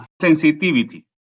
sensitivity